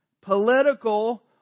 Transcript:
political